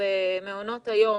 ומעונות היום,